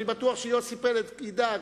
ואני בטוח שיוסי פלד ידאג,